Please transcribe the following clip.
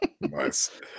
Nice